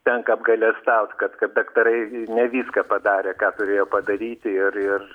tenka apgailestaut kad kad daktarai ne viską padarė ką turėjo padaryti ir ir